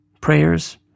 prayers